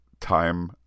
time